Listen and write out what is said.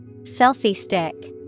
Selfie-stick